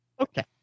Okay